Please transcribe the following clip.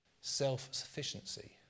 self-sufficiency